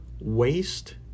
waste